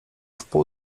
wpół